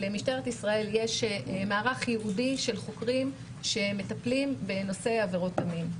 למשטרת ישראל יש מערך ייעודי של חוקרים שמטפלים בנושא עבירות המין.